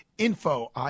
Info